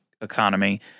economy